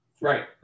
Right